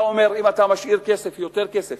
אתה אומר שאם אתה משאיר יותר כסף